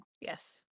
Yes